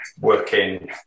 working